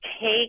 take